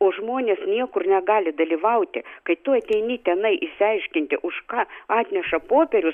o žmonės niekur negali dalyvauti kai tu ateini tenai išsiaiškinti už ką atneša popierius